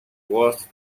worth